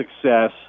success